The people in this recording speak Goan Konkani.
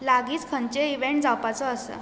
लागींच खंयचेय इव्हेंट जावपाचे आसा